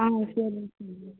ஆ சரிங் சார்